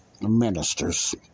ministers